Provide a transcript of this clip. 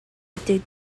été